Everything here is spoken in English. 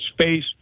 space